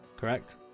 correct